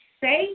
say